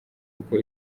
kuko